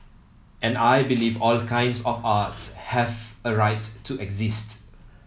and I believe all kinds of art have a right to exist